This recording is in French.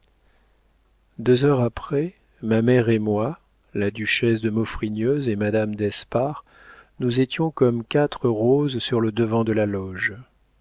deux heures après ma mère et moi la duchesse de maufrigneuse et madame d'espard nous étions comme quatre roses sur le devant de la loge